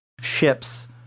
ships